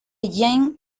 jean